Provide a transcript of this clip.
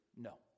No